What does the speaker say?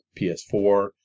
PS4